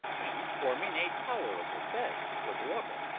and forming a tolerable bed for the water.